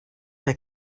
der